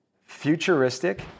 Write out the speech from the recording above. futuristic